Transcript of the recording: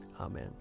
Amen